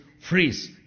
freeze